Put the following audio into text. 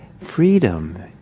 freedom